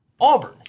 Auburn